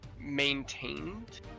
maintained